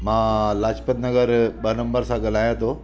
मां लाजपत नगर ॿ नंबर सां ॻाल्हायां थो